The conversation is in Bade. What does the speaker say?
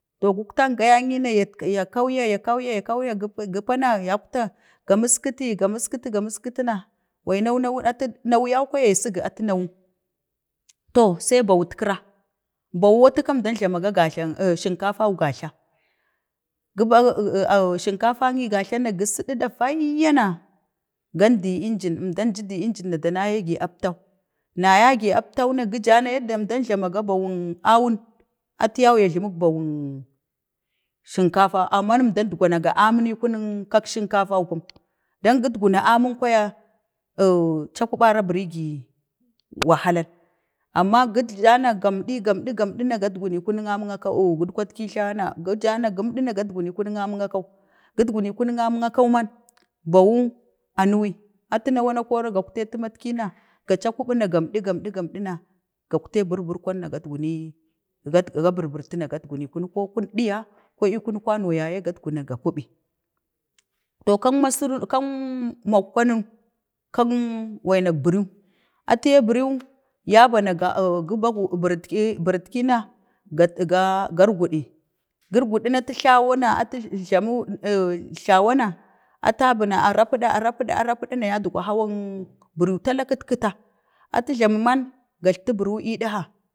to gutktan ngayanyi na ya kaiye gəpana yakte ga nuskiti, ga muskiti ga muskiti na, waina na atu nawa yau kwaya ya sigi atu nawu, tu sai bawuutkira. Bawuu atu kay əmdan jlamaga tu gajlan, wa sinkafan gajla, gubau, or aa sinkafan nu gajla, go siɗi ɗavayya na gandi engin, ko jidu eugina əmda nayagi aptau, əmda nayegi aptau na gija na yadda əmdan jlama ga. Bawung awun, ati yau ya jlamik bawun sinkafa, amma əmɗa nun gunan aminiu kak sinkafaupum, dan gidgunu amin kwaya oo cakubara a barigi wahalan, amma giggla na gamdi, gamdi na gadguni kunuk amin akau, ooh gudkatti jlau na guga na gumdina, gadguni kuning amin akawu, gudguni kuning amin akau yau man. Bawu a nuyi atu nawa ne kore gatetetu tumatki na ga caku di gamdi gamdi na gagte burbur ko ma gatguni, ga burburti na gatguni kunik kur, ku diya ko ii kunik kono ya ye, ga kuɓi, to kamma siri, kam ma kwanu, kang, wainak biruv ateyee biri u ya bana, oo gubau biritki, biritki na ga, ga, garguɗi, gurgudi na, atu jlaw. na, atu jlamu, ee, jlawana, ata buna a rapiɗi, arapida, arapida na yadgau hwawang buriu, tala katkita, atu jlamu man,, gajitu buriu, ədkang